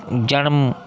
जनम